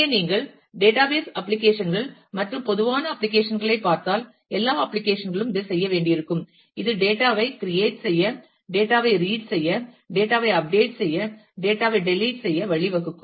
எனவே நீங்கள் database application கள் மற்றும் பொதுவான அப்ளிகேஷன் களைப் பார்த்தால் எல்லா அப்ளிகேஷன் களும் இதைச் செய்ய வேண்டியிருக்கும் இது டேட்டா ஐ கிரியேட் செய்ய டேட்டா ஐ ரீட் செய்ய டேட்டா ஐ அப்டேட் செய்ய டேட்டா ஐ டெலிட் செய்ய வழிவகுக்கும்